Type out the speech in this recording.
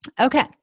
Okay